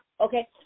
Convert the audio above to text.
Okay